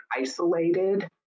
isolated